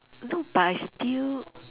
no but I still